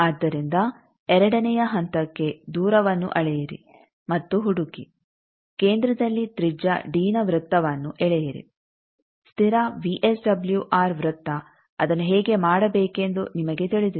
ಆದ್ದರಿಂದ ಎರಡನೆಯ ಹಂತಕ್ಕೆ ದೂರವನ್ನು ಅಳೆಯಿರಿ ಮತ್ತು ಹುಡುಕಿ ಕೇಂದ್ರದಲ್ಲಿ ತ್ರಿಜ್ಯ ಡಿನ ವೃತ್ತವನ್ನು ಎಳೆಯಿರಿ ಸ್ಥಿರ ವಿಎಸ್ಡಬ್ಲ್ಯೂಆರ್ ವೃತ್ತ ಅದನ್ನು ಹೇಗೆ ಮಾಡಬೇಕೆಂದು ನಿಮಗೆ ತಿಳಿದಿದೆ